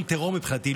זה ארגון טרור מבחינתי,